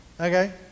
Okay